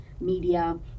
media